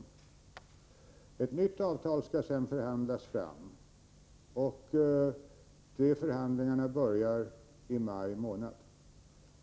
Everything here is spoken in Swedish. Ett nytt avtal skall förhandlas fram, och förhandlingarna börjar i maj månad.